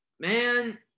Man